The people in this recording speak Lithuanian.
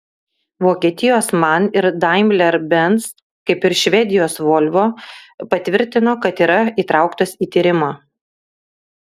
vokietijos man ir daimler benz kaip ir švedijos volvo patvirtino kad yra įtrauktos į tyrimą